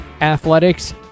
athletics